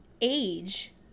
age